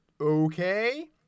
Okay